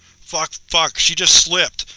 fuck, fuck. she just slipped,